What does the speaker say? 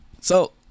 So-